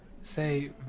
Say